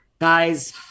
guys